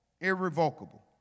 irrevocable